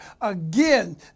Again